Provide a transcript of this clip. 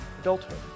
adulthood